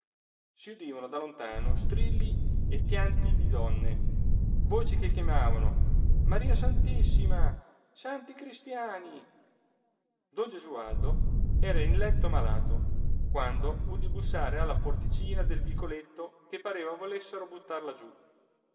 si udivano da lontano strilli e pianti di donne voci che chiamavano maria santissima santi cristiani don gesualdo era in letto malato quando udì bussare alla porticina del vicoletto che pareva volessero buttarla giù